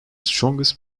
strongest